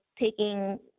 taking